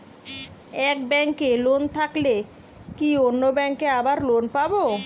এক ব্যাঙ্কে লোন থাকলে কি অন্য ব্যাঙ্কে আবার লোন পাব?